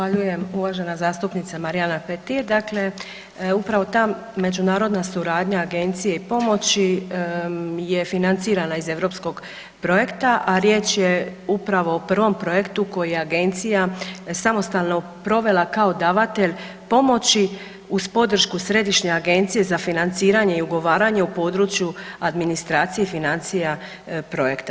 Zahvaljujem uvažena zastupnice Marijana Petir, dakle, upravo ta međunarodna suradnja Agencije i pomoći je financirana iz europskog projekta, a riječ je upravo o prvom projektu koji je Agencija samostalno provela kao davatelj pomoći uz podršku Središnje agencije za financiranje i ugovaranje u području administracije i financija projekta.